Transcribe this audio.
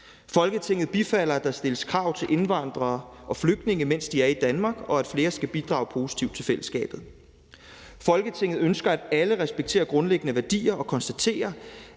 Folketinget bifalder, at der stilles krav til indvandrere og flygtninge, mens de er i Danmark, og at flere skal bidrage positivt til fællesskabet. Folketinget ønsker, at alle respekterer grundlæggende værdier, og konstaterer,